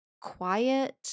quiet